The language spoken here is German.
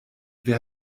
wer